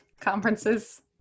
conferences